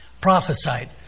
prophesied